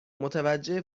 متوجه